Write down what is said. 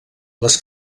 les